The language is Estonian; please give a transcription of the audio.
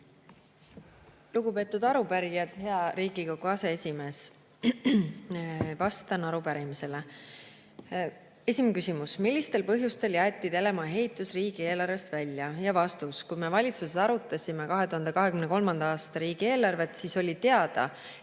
Lugupeetud arupärijad! Hea Riigikogu aseesimees! Vastan arupärimisele. Esimene küsimus: "Millistel põhjustel jäeti [uue] telemaja ehitus riigieelarvest välja?" Vastus. Kui me valitsuses arutasime 2023. aasta riigieelarvet, siis oli teada, et